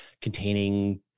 containing